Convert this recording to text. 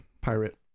pirate